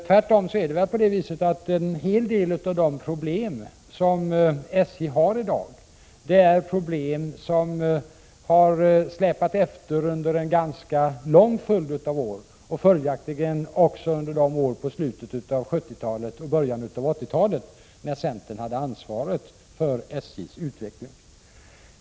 Det är väl snarare så att en hel del av de problem som SJ har i dag har funnits under en ganska lång följd av år, och följaktligen också under de år i slutet av 1970-talet och i början av 1980-talet när centern hade ansvaret för SJ:s utveckling.